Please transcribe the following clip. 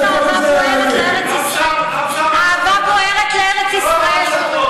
זה פשוט אהבה בוערת לארץ-ישראל.